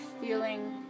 feeling